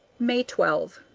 may twelve.